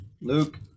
Luke